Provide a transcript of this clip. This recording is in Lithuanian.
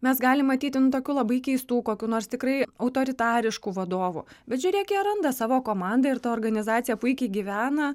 mes galim matyti nu tokių labai keistų kokių nors tikrai autoritariškų vadovų bet žiūrėk jie randa savo komandą ir ta organizacija puikiai gyvena